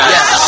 Yes